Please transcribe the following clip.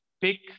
pick